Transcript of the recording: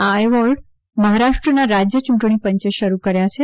આ એવોર્ડ મહારાષ્ટ્રના રાજ્ય યૂંટણી પંચે શરૂ કર્યો છે